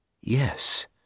Yes